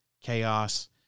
chaos